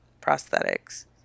prosthetics